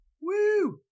Woo